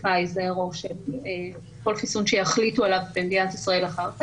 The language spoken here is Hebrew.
פייזר או של כל חיסון שיחליטו עליו במדינת ישראל אחר כך,